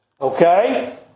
Okay